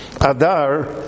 Adar